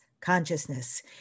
Consciousness